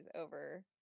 over